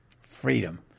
FREEDOM